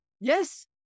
Yes